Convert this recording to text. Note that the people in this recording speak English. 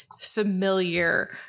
familiar